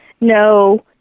no